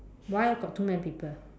why got too many people